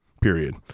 period